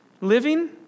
living